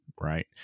right